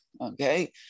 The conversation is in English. okay